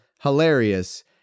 hilarious